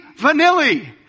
Vanilli